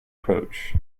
approach